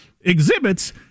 exhibits